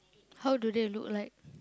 how do they look like